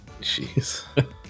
Jeez